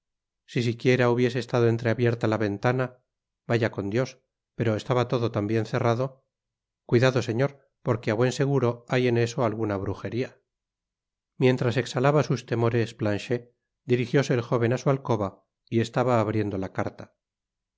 si siquiera hubiese estado entreabierta la ventana vaya con dios pero estaba todo tan bien cerrado cuidado señor porque á buen seguro hay en eso alguna brujeria mientras exhalaba sus temores planchet dirijióse el jóven á su alcoba y esaba abriendo la carta